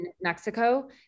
Mexico